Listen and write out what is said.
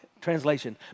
translation